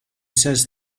says